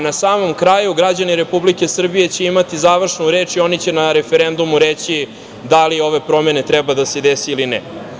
Na samom kraju, građani Republike Srbije će imati završnu reč i oni će na referendumu reći da li ove promene treba da se dese ili ne.